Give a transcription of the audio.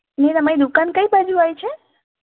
ને તમારી દુકાન કઈ બાજુ આવી છે